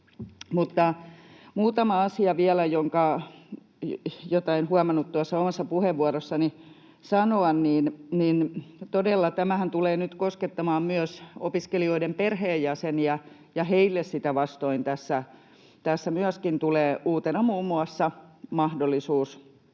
Vielä muutama asia, jota en huomannut tuossa omassa puheenvuorossani sanoa: Tämähän todella tulee nyt koskettamaan myös opiskelijoiden perheenjäseniä, ja heille sitä vastoin tässä myöskin tulee uutena muun muassa mahdollisuus